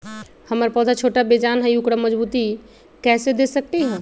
हमर पौधा छोटा बेजान हई उकरा मजबूती कैसे दे सकली ह?